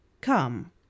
Come